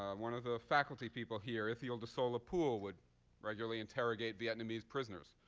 um one of the faculty people here, ithiel de sola pool, would regularly interrogate vietnamese prisoners.